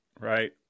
right